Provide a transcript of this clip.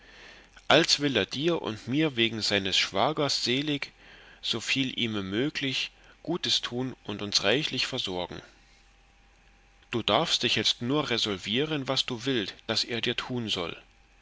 als will er dir und mir wegen seines schwagers sel soviel ihme möglich gutes tun und uns reichlich versorgen du darfst dich jetzt nur resolvieren was du willt daß er dir tun soll